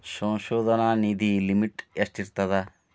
ಸಂಶೋಧನಾ ನಿಧಿ ಲಿಮಿಟ್ ಎಷ್ಟಿರ್ಥದ